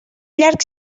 llarg